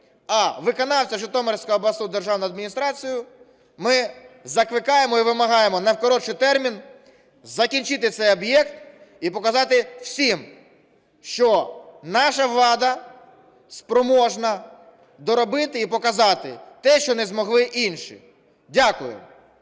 а виконавця – Житомирську обласну державну адміністрацію ми закликаємо і вимагаємо у найкоротший термін закінчити цей об'єкт і показати всім, що наша влада спроможна доробити і показати те, що не змогли інші. Дякую.